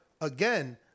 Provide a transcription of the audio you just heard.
again